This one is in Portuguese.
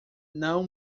não